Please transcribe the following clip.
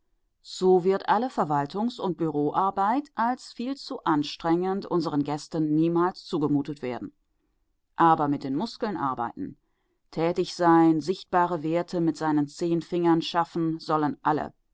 so wird alle verwaltungs und büroarbeit als viel zu anstrengend unseren gästen niemals zugemutet werden aber mit den muskeln arbeiten tätig sein sichtbare werte mit seinen zehn fingern schaffen sollen alle